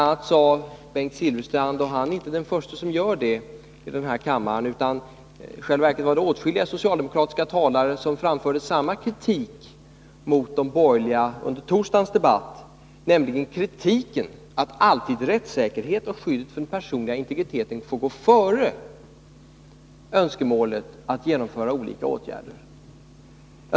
a. kritiserade Bengt Silfverstrand de borgerliga — och han är inte den förste som gör det i den här kammaren, utan åtskilliga socialdemokrater framförde samma kritik under debatten i torsdags — för att man alltid låter rättssäkerhet och skydd för personlig integritet gå före önskemålet om att genomföra olika åtgärder.